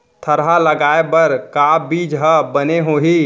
थरहा लगाए बर का बीज हा बने होही?